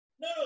no